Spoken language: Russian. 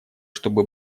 чтобы